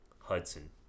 Hudson